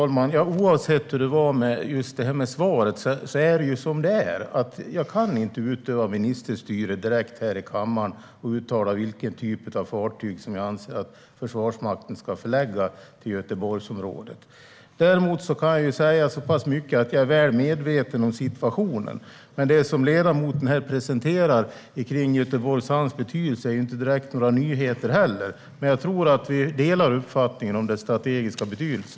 Herr talman! Oavsett hur det var med svaret är det som det är. Jag kan inte utöva ministerstyre och uttala vilken typ av fartyg som jag anser att Försvarsmakten ska förlägga till Göteborgsområdet. Jag kan dock säga så pass mycket att jag är väl medveten om situationen. Det som ledamoten presenterar om Göteborgs hamns betydelse är inte direkt någon nyhet. Jag tror dock att vi delar uppfattningen om hamnens strategiska betydelse.